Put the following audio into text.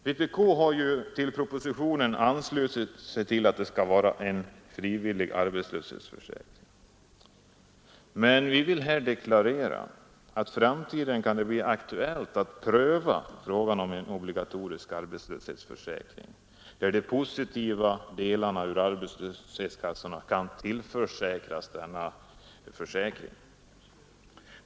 Vpk har anslutit sig till propositionens förslag om att det skall vara en frivillig arbetslöshetsförsäkring, men vi vill här deklarera att det i framtiden kan bli aktuellt att pröva frågan om en obligatorisk arbetslöshetsförsäkring, där de positiva delarna ur arbetslöshetskassorna kan tillföras en obligatorisk försäkring.